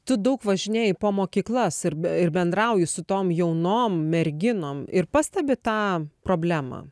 tu daug važinėji po mokyklas ir be bendrauji su tom jaunom merginom ir pastebi tą problemą